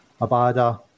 Abada